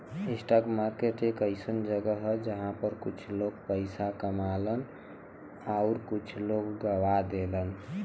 stock market एक अइसन जगह हौ जहां पर कुछ लोग पइसा कमालन आउर कुछ लोग गवा देलन